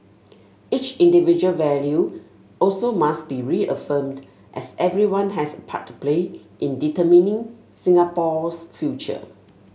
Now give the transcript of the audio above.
each individual value also must be reaffirmed as everyone has a part to play in determining Singapore's future